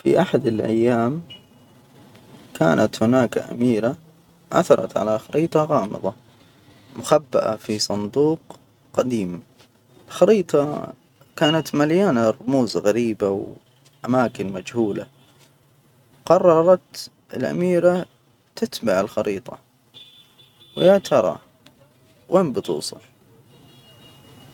في أحد الأيام، كانت هناك أميرة عثرت على خريطة غامضة مخبئة في صندوق قديم. خريطة كانت مليانة رموز غريبة، وأماكن مجهولة. قررت الأميرة تتبع الخريطة. ويا ترى وين بتوصل؟